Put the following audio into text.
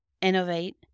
innovate